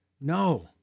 No